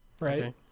right